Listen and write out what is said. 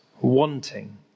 wanting